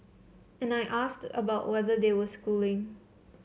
and I asked about whether they were schooling